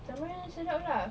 tetapi ini sedap lah